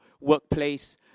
workplace